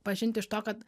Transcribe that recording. pažinti iš to kad